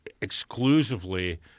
exclusively